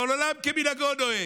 אבל עולם כמנהגו נוהג,